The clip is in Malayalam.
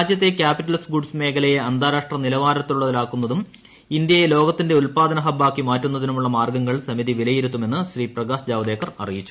രാജ്യത്തെ ക്യാപിറ്റൽസ് ഗുഡ്സ് മേഖലയെ അന്താരാഷ്ട്ര നിലവാരത്തിലുള്ളത് ആക്കുന്നതിനും ഇന്ത്യയെ ലോകത്തിന്റെ ഉൽപ്പാദന ഹബ് ആക്കി മാറ്റുന്നതിനും ഉള്ള മാർഗങ്ങൾ സമിതി വിലയിരുത്തും എന്ന് ശ്രീ പ്രകാശ് ജാവദേക്കർ അറിയിച്ചു